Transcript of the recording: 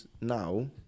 now